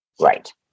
Right